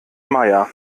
meier